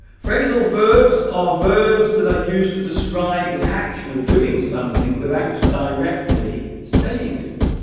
phrasal verbs are verbs that are used to describe the action of doing something without directly saying it